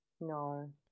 No